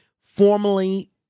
formally